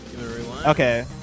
Okay